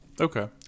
Okay